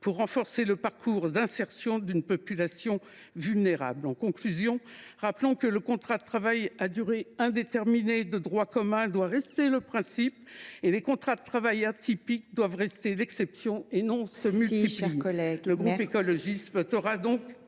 à renforcer le parcours d’insertion d’une population vulnérable. En conclusion, rappelons que le contrat de travail à durée indéterminée de droit commun doit rester le principe ; les contrats de travail atypiques doivent rester l’exception et non se multiplier.